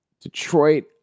Detroit